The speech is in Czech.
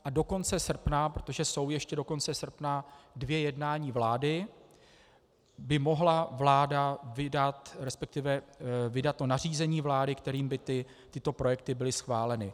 A do konce srpna, protože jsou ještě do konce srpna dvě jednání vlády, by mohla vláda vydat, resp. vydat nařízení vlády, kterým by tyto projekty byly schváleny.